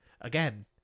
again